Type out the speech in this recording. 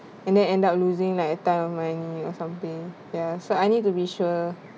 and then end up losing like a ton of money or something ya so I need to be sure